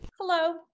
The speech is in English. Hello